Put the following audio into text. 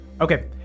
Okay